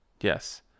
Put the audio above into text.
yes